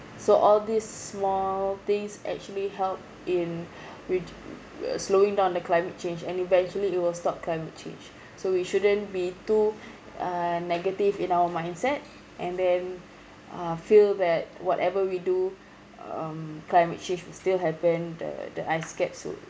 so all these small things actually help in wit~ uh slowing down the climate change and eventually it will stop climate change so we shouldn't be too uh negative in our mindset and then uh feel that whatever we do um climate change will still happen the the I scared so